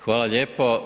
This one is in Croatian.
Hvala lijepo.